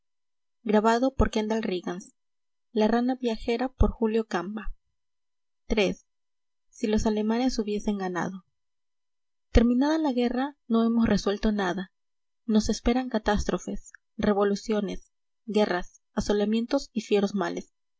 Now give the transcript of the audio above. iii si los alemanes hubiesen ganado terminada la guerra no hemos resuelto nada nos esperan catástrofes revoluciones guerras asolamientos y fieros males